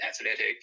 athletic